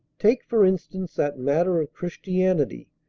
take, for instance, that matter of christianity.